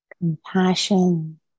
Compassion